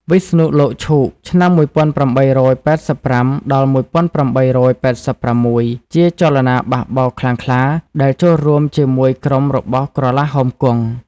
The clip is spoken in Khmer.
វិស្ណុលោកឈូក (ឆ្នាំ ១៨៨៥-១៨៨៦) ជាចលនាបះបោរខ្លាំងខ្លាដែលចូលរួមជាមួយក្រុមរបស់ក្រឡាហោមគង់។